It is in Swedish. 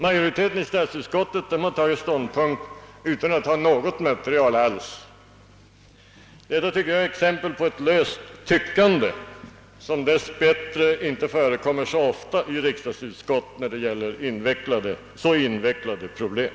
Majoriteten i statsutskottet har tagit ståndpunkt utan att ha något material alls. Det är ett exempel på löst tyckande, som dess bättre inte förekommer så ofta i riksdagsutskott när det gäller så invecklade problem.